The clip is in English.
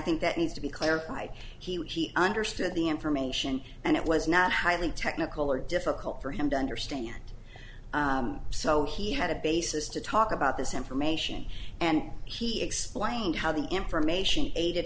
think that needs to be clarified he understood the information and it were is not highly technical or difficult for him to understand so he had a basis to talk about this information and he explained how the information a